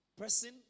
person